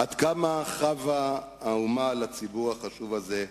עד כמה חבה האומה לציבור החשוב הזה.